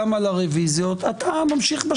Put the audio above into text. גם על הרביזיות אתה ממשיך.